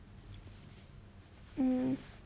mm